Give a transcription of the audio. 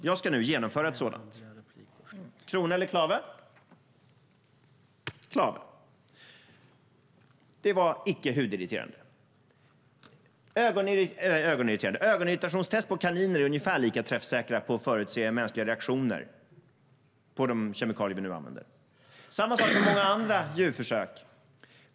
Jag ska nu genomföra ett sådant test med hjälp av detta mynt här i talarstolen. Krona eller klave? Det blev klave. Det var icke ögonirriterande. Ögonirritationstest på kaniner är ungefär lika träffsäkra på att förutse mänskliga reaktioner på kemikalier. Samma sak är det med många andra djurförsök.